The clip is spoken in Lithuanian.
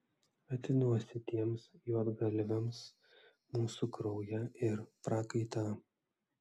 atiduosi tiems juodgalviams mūsų kraują ir prakaitą